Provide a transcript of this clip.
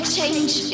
change